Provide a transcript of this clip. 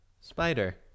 Spider